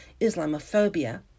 Islamophobia